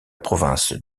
province